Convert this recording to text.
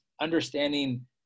understanding